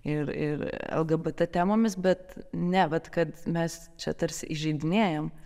ir ir lgbt temomis bet ne vat kad mes čia tarsi įžeidinėjam